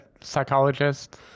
psychologist